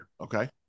Okay